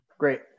Great